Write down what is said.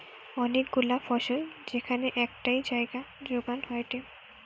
অনেক গুলা ফসল যেখান একটাই জাগায় যোগান হয়টে